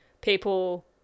people